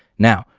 now,